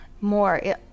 more